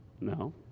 No